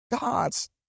God's